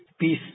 peace